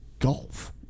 golf